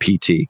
PT